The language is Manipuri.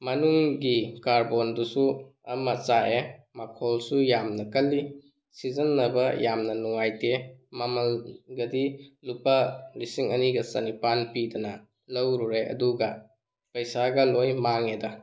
ꯃꯅꯨꯡꯒꯤ ꯀꯥꯔꯕꯣꯟꯗꯨꯁꯨ ꯑꯃ ꯆꯥꯛꯑꯦ ꯃꯈꯣꯜꯁꯨ ꯌꯥꯝꯅ ꯀꯜꯂꯤ ꯁꯤꯖꯤꯟꯅꯕ ꯌꯥꯝꯅ ꯅꯨꯡꯉꯥꯏꯇꯦ ꯃꯃꯜꯒꯗꯤ ꯂꯨꯄꯥ ꯂꯤꯁꯤꯡ ꯑꯅꯤꯒ ꯆꯥꯅꯤꯄꯥꯜ ꯄꯤꯗꯅ ꯂꯧꯔꯨꯔꯦ ꯑꯗꯨꯒ ꯄꯩꯁꯥꯒ ꯂꯣꯏ ꯃꯥꯡꯂꯦꯗ